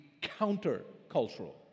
counter-cultural